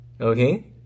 Okay